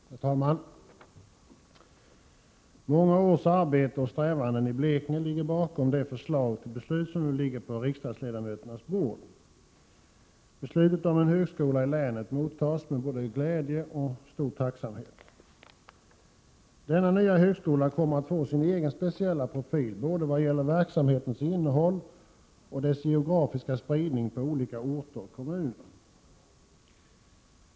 Herr talman! Många års arbete och strävanden i Blekinge ligger bakom det förslag som vi skall fatta beslut om och som nu ligger på riksdagsledamöternas bord. Beslutet om en högskola i länet kommer att mottas med både glädje och stor tacksamhet. Den nya högskolan kommer att få sin egen speciella profil vad gäller både verksamhetens innehåll och den geografiska spridningen på olika orter och kommuner.